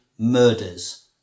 murders